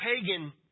pagan